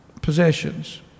possessions